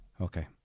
okay